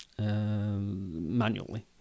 manually